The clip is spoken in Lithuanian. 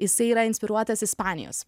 jisai yra inspiruotas ispanijos